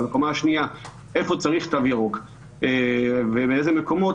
אבל הקומה השנייה איפה צריך תו ירוק ובאילו מקומות,